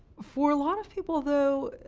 for a lot of people, though,